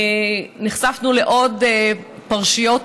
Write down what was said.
נחשפנו לעוד פרשיות